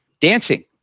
dancing